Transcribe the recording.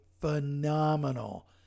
phenomenal